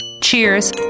Cheers